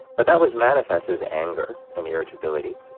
but that was manifested as anger and irritability.